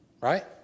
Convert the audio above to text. right